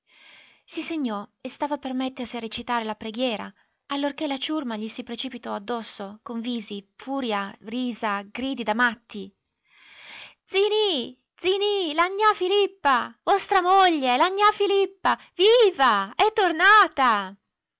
si segnò e stava per mettersi a recitare la preghiera allorché la ciurma gli si precipitò addosso con visi furia risa gridi da matti zi nì zi nì la gnà filippa vostra moglie la gnà filippa viva è tornata